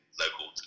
local